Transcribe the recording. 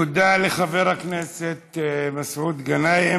תודה לחבר הכנסת מסעוד גנאים.